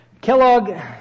Kellogg